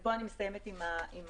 ופה אני מסיימת עם הנתונים,